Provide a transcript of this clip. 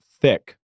thick